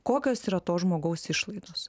kokios yra to žmogaus išlaidos